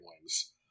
wings